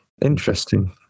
Interesting